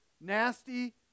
Nasty